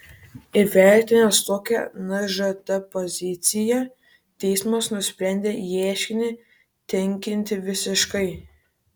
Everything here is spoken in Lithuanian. įvertinęs tokią nžt poziciją teismas nusprendė ieškinį tenkinti visiškai